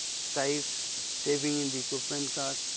saving saving in the equipment cost,